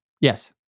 Yes